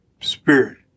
spirit